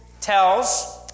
tells